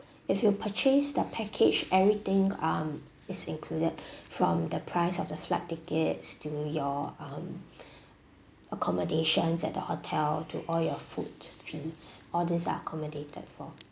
if you purchased the package everything um is included from the price of the flight tickets to your um accommodations at the hotel to all your food drinks all these are accommodated for